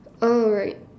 oh right